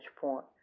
point